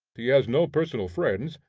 he has no personal friends,